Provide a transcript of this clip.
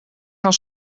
gaan